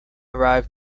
arrive